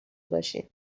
باشین